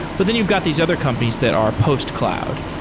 but then you've got these other companies that are post-cloud,